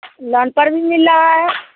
loan पर भी मिल रहा है